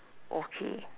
okay